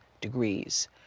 degrees